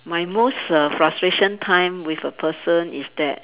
my most err frustration time with a person is that